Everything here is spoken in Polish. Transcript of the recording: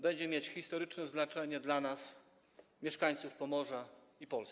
Będzie mieć historyczne znaczenie dla nas - mieszkańców Pomorza i Polski.